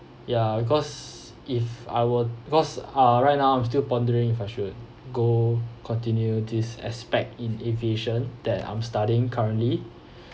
ya because if I will because uh right now I'm still pondering if I should go continue this aspect in aviation that I'm studying currently